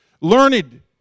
learned